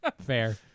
Fair